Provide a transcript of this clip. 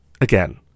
again